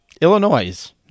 Illinois